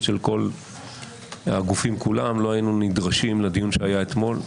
של כל הגופים לא היינו נדרשים לדיון שהיה אתמול.